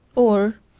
or,